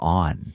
on